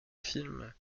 film